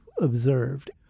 observed